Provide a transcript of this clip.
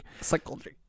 Psychology